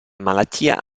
malattia